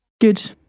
Good